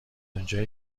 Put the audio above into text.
اونجایی